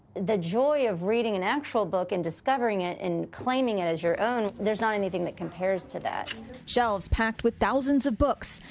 the joy of reading an actual book, and discovering it and claiming it as your own. there's not anything that compares to that. reporter shelves packed with thousands of books.